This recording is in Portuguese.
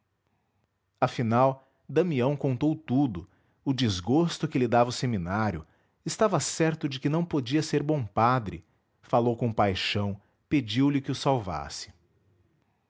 afinal damião contou tudo o desgosto que lhe dava o seminário estava certo de que não podia ser bom padre falou com paixão pediulhe que o salvasse